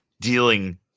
dealing